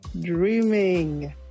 dreaming